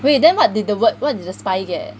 wait then what did the word what did they spy get